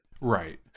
Right